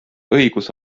õigus